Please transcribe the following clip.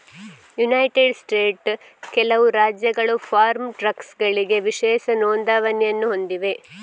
United ಸ್ಟೇಟ್ಸ್ನ ಕೆಲವು ರಾಜ್ಯಗಳು ಫಾರ್ಮ್ ಟ್ರಕ್ಗಳಿಗೆ ವಿಶೇಷ ನೋಂದಣಿಯನ್ನು ಹೊಂದಿವೆ